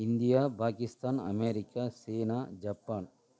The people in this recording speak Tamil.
India Pakistan America China Japan